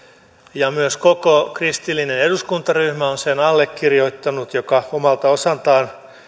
ja myös koko kristillinen eduskuntaryhmä on sen allekirjoittanut mikä omalta osaltaan